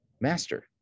master